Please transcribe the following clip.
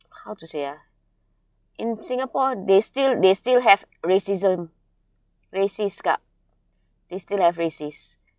how to say ah in singapore they still they still have racism racist kak they still have racists